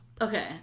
Okay